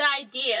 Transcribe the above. idea